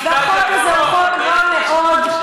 והחוק הזה הוא חוק רע מאוד,